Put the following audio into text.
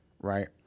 right